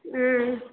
ஆ